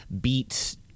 beat